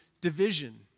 division